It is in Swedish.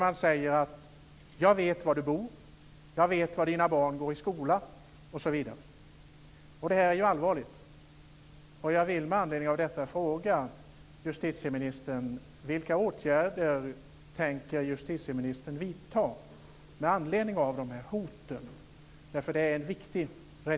Man säger: Jag vet var du bor, jag vet var dina barn går i skola osv. Det här är allvarligt.